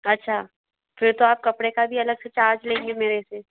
अच्छा फिर तो आप कपड़े का भी अलग से चार्ज लेंगी मेरे से